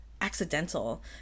accidental